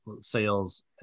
sales